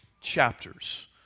chapters